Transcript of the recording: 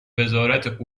وزارت